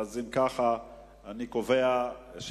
ההצעה להעביר את הנושא